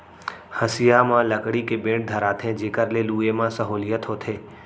हँसिया म लकड़ी के बेंट धराथें जेकर ले लुए म सहोंलियत होथे